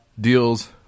deals